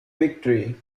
victory